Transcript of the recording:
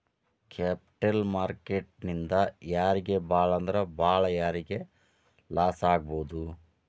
Capital market ನಿಂದಾ ಯಾರಿಗ್ ಭಾಳಂದ್ರ ಭಾಳ್ ಯಾರಿಗ್ ಲಾಸಾಗ್ಬೊದು?